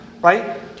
right